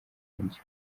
nkongi